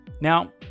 Now